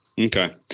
Okay